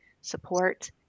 support